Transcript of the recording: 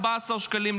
14 שקלים,